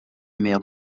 maire